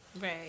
right